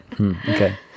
Okay